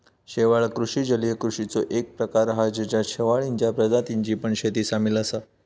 शेवाळ कृषि जलीय कृषिचो एक प्रकार हा जेच्यात शेवाळींच्या प्रजातींची पण शेती सामील असा